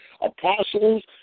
Apostles